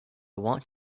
want